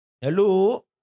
Hello